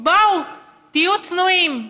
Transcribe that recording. בואו, תהיו צנועים.